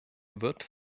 wird